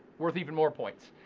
worth even more points,